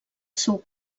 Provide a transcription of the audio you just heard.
seu